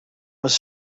was